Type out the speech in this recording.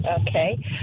okay